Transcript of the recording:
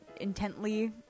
intently